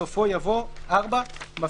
תיקון סעיף 29 4. בסעיף 29 לחוק העיקרי,